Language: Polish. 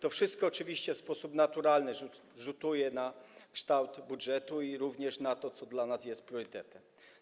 To wszystko oczywiście w sposób naturalny rzutuje na kształt budżetu i również na to, co dla nas jest priorytetem.